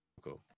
Cool